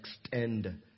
Extend